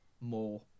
more